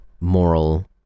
moral